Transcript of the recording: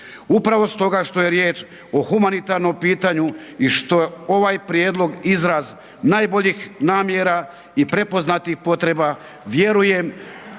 Upravo stoga što je riječ o humanitarnom pitanju i što je ovaj prijedlog izraz najboljih namjera i prepoznatih potreba, vjerujem